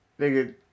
Nigga